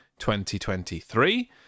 2023